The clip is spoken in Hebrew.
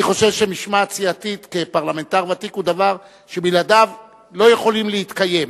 אני חושב שמשמעת סיעתית היא דבר שבלעדיו לא יכולים להתקיים.